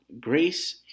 grace